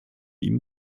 ihnen